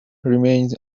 remains